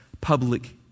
public